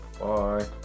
Bye